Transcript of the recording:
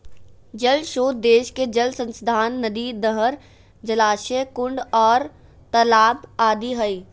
जल श्रोत देश के जल संसाधन नदी, नहर, जलाशय, कुंड आर तालाब आदि हई